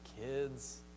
kids